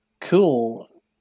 cool